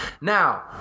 Now